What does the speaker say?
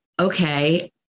Okay